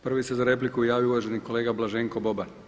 Pravi se za repliku javio uvaženi kolega Blaženko Boban.